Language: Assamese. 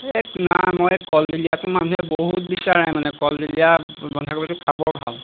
এই নাই মই কলদিলীয়াটো মানুহে বহুত বিচাৰে মানে কলদিলীয়া বন্ধাকবিটো খাবলৈ ভাল